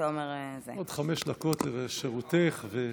עוד חמש דקות לרשותך.